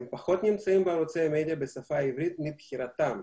הם פחות נמצאים בערוצי המדיה בשפה העברית מבחירתם,